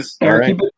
Eric